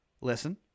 Listen